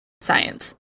Science